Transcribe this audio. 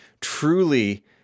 truly